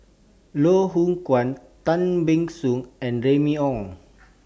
Loh Hoong Kwan Tan Ban Soon and Remy Ong